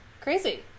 Crazy